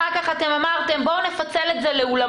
אחר כך אתם אמרתם: בואו נפצל את זה לאולמות.